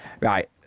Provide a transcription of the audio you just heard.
right